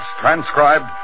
transcribed